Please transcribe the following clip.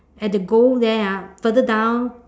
at the goal there ah further down